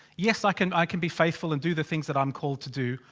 yes i can i can be faithful and do the things that i'm called to do.